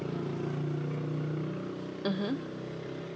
mmhmm